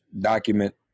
document